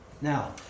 Now